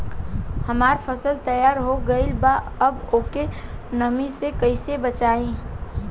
हमार फसल तैयार हो गएल बा अब ओके नमी से कइसे बचाई?